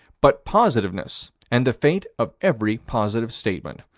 but positiveness and the fate of every positive statement.